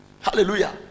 Hallelujah